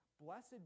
Blessed